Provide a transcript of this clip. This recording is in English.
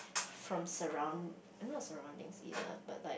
from surround not a surrounding feel it but